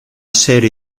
serie